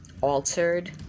altered